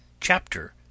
Chapter